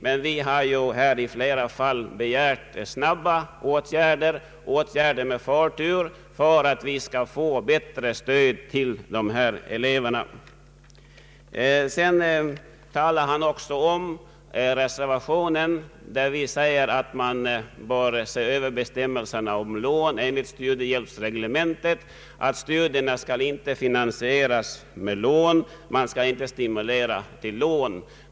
Men vi har ju här i flera fall begärt snabba åtgärder, åtgärder med förtur, för att vi skall få bättre stöd till dessa elever. Beträffande vår reservation där vi säger att man bör se över bestämmelserna om lån enligt studiehjälpsreglementet framhåller herr Larsson att man inte skall stimulera till finansiering av studierna genom lån.